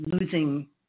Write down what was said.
losing